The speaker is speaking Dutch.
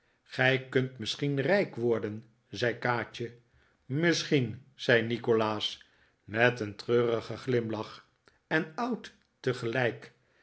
gij kunt misschien rijk worden zei kaatje misschien zei nikolaas met een treurigen glimlach en oud tegelijk